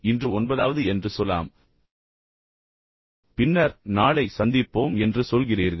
இன்று ஒன்பதாவது என்று சொல்லலாம் பின்னர் நாளை சந்திப்போம் என்று சொல்கிறீர்கள்